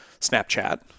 Snapchat